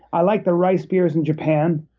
i like the rice beers in japan.